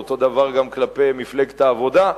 ואותו הדבר גם כלפי מפלגת העבודה.